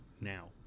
now